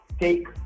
take